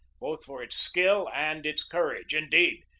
both for its skill and its courage. indeed,